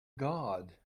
god